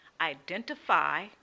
identify